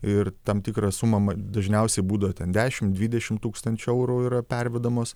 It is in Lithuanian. ir tam tikra suma mat dažniausiai būdavo ten dešimt dvidešimt tūkstančių eurų yra pervedamos